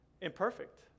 imperfect